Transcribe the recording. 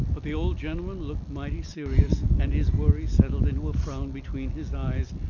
but the old gentleman looked mighty serious, and his worry settled into a frown between his eyes,